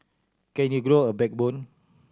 can you grow a backbone